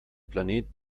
planet